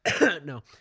No